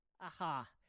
Aha